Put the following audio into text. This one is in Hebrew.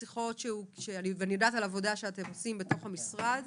אני יודעת שיש עבודה שאתם עושים במשרד,